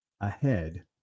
ahead